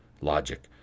logic